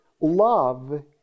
love